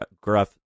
gruff